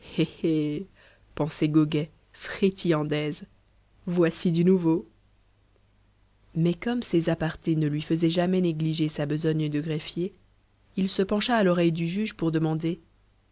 goguet frétillant d'aise voici du nouveau mais comme ses à parte ne lui faisaient jamais négliger sa besogne de greffier il se pencha à l'oreille du juge pour demander